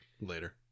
Later